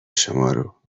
شمارو